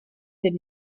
did